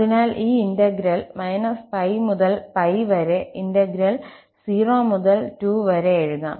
അതിനാൽ ഈ ഇന്റഗ്രൽ−π മുതൽ വരെ ഇന്റഗ്രൽ 0 മുതൽ 2 വരെ എഴുതാം